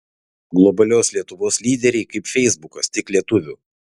globalios lietuvos lyderiai kaip feisbukas tik lietuvių